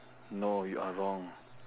no you are wrong